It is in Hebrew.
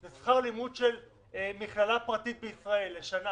זה שכר לימוד של מכללה פרטית בישראל לשנה